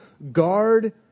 Guard